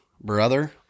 Brother